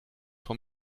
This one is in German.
vom